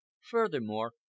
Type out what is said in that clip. Furthermore